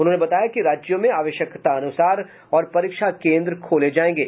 उन्होंने बताया कि राज्यों में आवश्यकतानुसार और परीक्षा केंद्र खोले जाएंगे